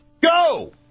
Go